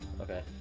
Okay